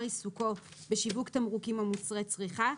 עיסוקו בשיווק תמרוקים או מוצרי צריכה,